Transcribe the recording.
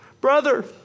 brother